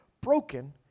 broken